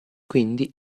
quindi